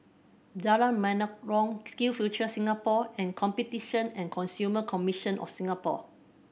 Jalan Menarong Skill Future Singapore and Competition and Consumer Commission of Singapore